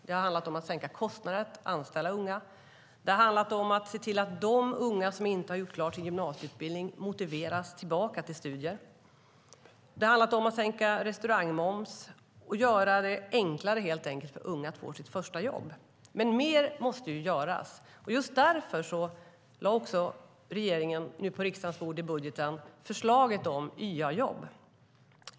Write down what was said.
Det har handlat om att sänka kostnaden för att anställa unga, och det har handlat om att se till att de unga som inte har gjort klart sin gymnasieutbildning motiveras tillbaka till studier. Det har handlat om att sänka restaurangmoms och helt enkelt göra det enklare för unga att få sitt första jobb. Mer måste dock göras. Just därför lade regeringen, i budgeten som nu ligger på riksdagens bord, fram förslaget om YA-jobb.